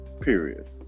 Period